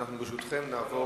ברשותכם, נעבור